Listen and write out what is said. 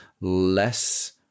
less